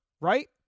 right